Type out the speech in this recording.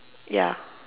ya